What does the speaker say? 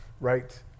right